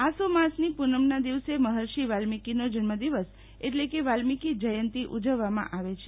આસો માસની પુનમના દિવસે મફર્ષી વાલ્મિકીનો જન્મ દિવસ એટલે કે વાલ્મિકી જયંતિ ઉજવવામાં આવે છે